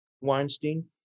Weinstein